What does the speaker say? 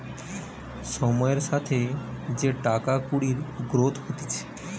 সময়ের সাথে যে টাকা কুড়ির গ্রোথ হতিছে